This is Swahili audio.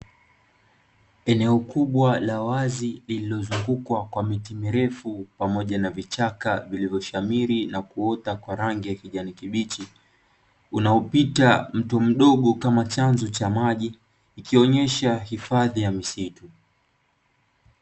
Eneo kubwa la wazi lililo zungukwa kwa miti mirefu pamoja na vichaka vilivyo shamiri na kuota kwa rangi ya kijani kibichi, unao pita mto mdogo kama chanzo cha maji ikionyesha hifadhi ya misitu.